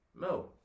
No